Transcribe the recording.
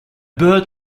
bird